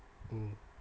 mm